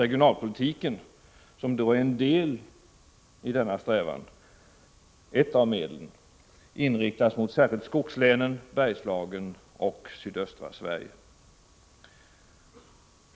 Regionalpolitiken, som då är ett av medlen i denna strävan, bör därvid inriktas på särskilt skoglänen, Bergslagen och sydöstra Sverige.